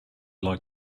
like